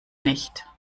nicht